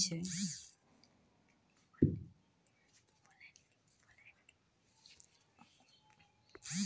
समुद्र के किनारा के अलावा हौ इलाक मॅ भी समुद्री खेती करलो जाय ल सकै छै जहाँ खारा पानी छै